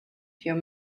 pure